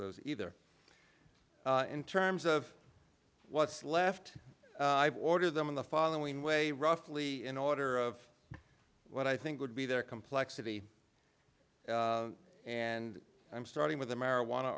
those either in terms of what's left i've ordered them in the following way roughly in order of what i think would be their complexity and i'm starting with the marijuana